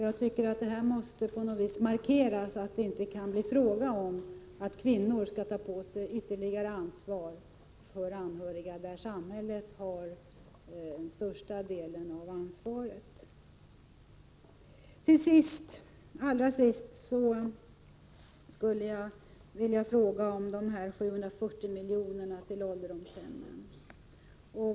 Jag tycker att det måste markeras att det inte får bli fråga om att kvinnor skall ta på sig ytterligare ansvar för anhöriga, där samhället har den största delen av ansvaret. Till allra sist skulle jag vilja fråga om de 740 miljonerna till ålderdomshemmen.